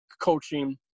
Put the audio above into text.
coaching